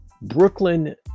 Brooklyn